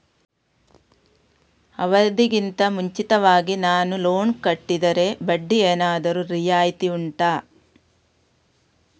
ಅವಧಿ ಗಿಂತ ಮುಂಚಿತವಾಗಿ ನಾನು ಲೋನ್ ಕಟ್ಟಿದರೆ ಬಡ್ಡಿ ಏನಾದರೂ ರಿಯಾಯಿತಿ ಉಂಟಾ